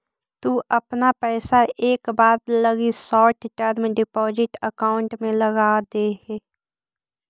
तु अपना पइसा एक बार लगी शॉर्ट टर्म डिपॉजिट अकाउंट में लगाऽ दे